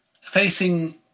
facing